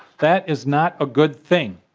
that is not a good thing.